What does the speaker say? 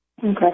Okay